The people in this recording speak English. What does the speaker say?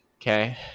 Okay